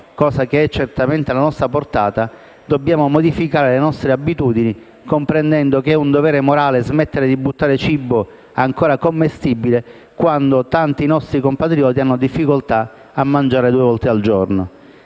cosa che è certamente alla nostra portata, dobbiamo modificare le nostre abitudini, comprendendo che è un dovere morale smettere di buttare cibo ancora commestibile quando tanti nostri compatrioti hanno difficoltà a mangiare due volte al giorno.